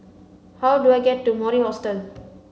how do I get to Mori Hostel